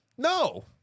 No